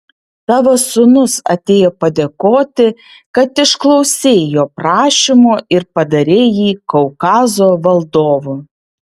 tavo sūnus atėjo padėkoti kad išklausei jo prašymo ir padarei jį kaukazo valdovu